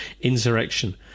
insurrection